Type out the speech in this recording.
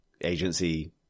agency